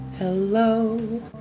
Hello